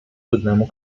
cudnemu